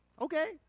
Okay